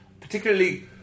particularly